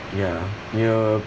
ya you